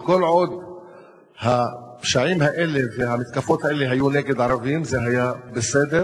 אבל כל עוד הפשעים האלה והמתקפות האלה היו נגד ערבים זה היה בסדר,